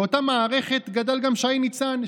באותה מערכת גדל גם שי ניצן,